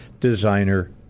designer